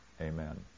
amen